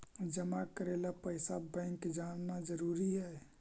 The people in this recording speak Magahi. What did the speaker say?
जमा करे ला पैसा बैंक जाना जरूरी है?